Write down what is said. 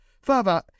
Further